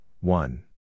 one